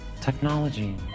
Technology